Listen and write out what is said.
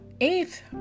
eighth